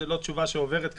זו לא תשובה שעוברת כאן,